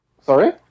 Sorry